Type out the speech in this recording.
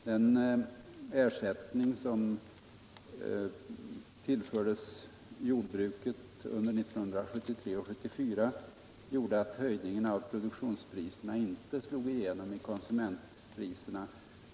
Den ersättning som tillfördes jordbruket i form av subventioner under 1973 och 1974 gjorde att produktionsprisernas höjning inte slog igenom i konsumentpriserna.